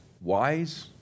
wise